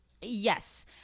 Yes